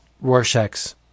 Rorschach's